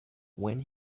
when